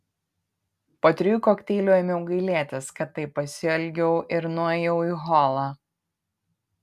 po trijų kokteilių ėmiau gailėtis kad taip pasielgiau ir nuėjau į holą